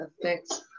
affects